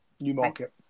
Newmarket